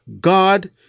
God